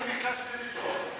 אני ביקשתי ראשון.